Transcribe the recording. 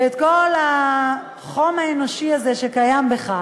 ואת כל החום האנושי הזה, שקיים בך,